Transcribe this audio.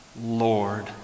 Lord